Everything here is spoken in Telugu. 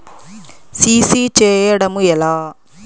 సి.సి చేయడము ఎలా?